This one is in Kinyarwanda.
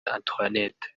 antoinette